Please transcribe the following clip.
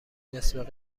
نصف